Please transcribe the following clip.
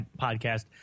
podcast